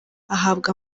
ahabwa